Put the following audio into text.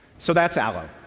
so that's allo.